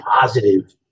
positive